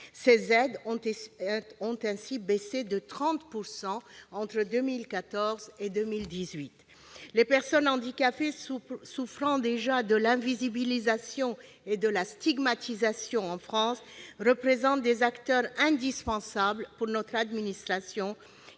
ses aides ont ainsi baissé de 30 % entre 2014 et 2018. Les personnes handicapées, souffrant déjà d'invisibilisation et de stigmatisation en France, sont pourtant des acteurs indispensables pour notre administration,